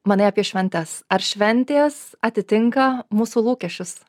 manai apie šventes ar šventės atitinka mūsų lūkesčius